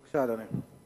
בבקשה, אדוני.